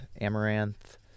amaranth